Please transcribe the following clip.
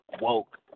woke